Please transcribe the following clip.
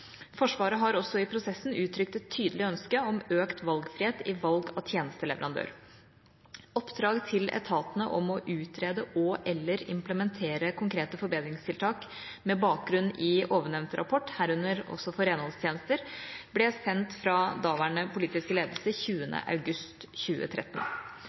Forsvaret har også i prosessen uttrykt et tydelig ønske om økt valgfrihet i valg av tjenesteleverandør. Oppdrag til etatene om å utrede og/eller implementere konkrete forbedringstiltak med bakgrunn i ovennevnte rapport, herunder også for renholdstjenester, ble sendt fra daværende politiske ledelse 20. august 2013.